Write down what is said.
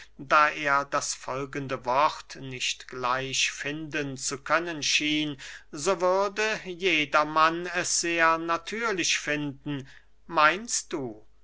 da er das folgende wort nicht gleich finden zu können schien so würde jedermann es sehr natürlich finden meinst du